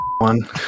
one